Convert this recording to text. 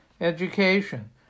education